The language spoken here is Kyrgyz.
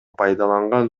пайдаланган